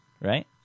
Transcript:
right